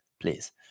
please